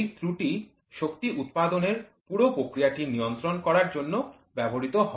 এই ত্রুটি শক্তি উৎপাদনের পুরো প্রক্রিয়াটি নিয়ন্ত্রণ করার জন্য ব্যবহৃত হয়